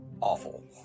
awful